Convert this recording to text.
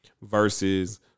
versus